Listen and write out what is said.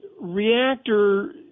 reactor